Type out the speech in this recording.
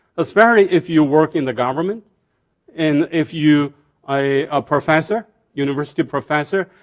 especially if you work in the government and if you a professor, university professor.